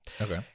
Okay